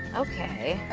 okay.